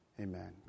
Amen